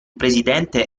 presidente